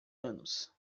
anos